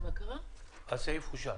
הסעיף אושר.